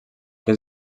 que